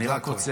זה הכול.